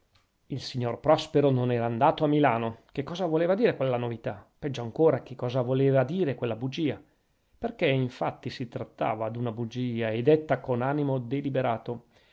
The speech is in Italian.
il signor prospero non era andato a milano che cosa voleva dire quella novità peggio ancora che cosa voleva dire quella bugia perchè infatti si trattava d'una bugia e detta con animo deliberato